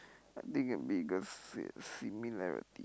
I think the biggest s~ similarity